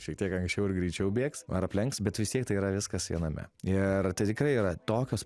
šiek tiek anksčiau ir greičiau bėgs ar aplenks bet vis tiek tai yra viskas viename ir tai tikrai yra tokios